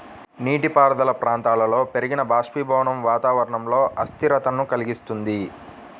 నీటిపారుదల ప్రాంతాలలో పెరిగిన బాష్పీభవనం వాతావరణంలో అస్థిరతను కలిగిస్తుంది